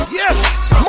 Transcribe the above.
yes